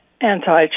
anti